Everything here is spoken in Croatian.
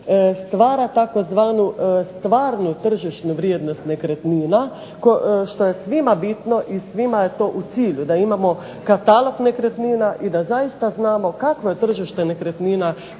stvara tzv. stvarnu tržišnu vrijednost nekretnina što je svima bitno i svima je to u cilju da imamo katalog nekretnina i da zaista znamo kakvo je tržište nekretnina